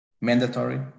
Mandatory